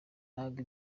ntabwo